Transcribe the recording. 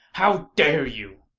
how dare you!